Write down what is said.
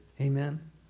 Amen